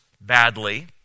badly